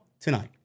Tonight